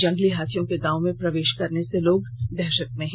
जंगली हाथियों के गांव में प्रवेश करने से लोग दहशत में हैं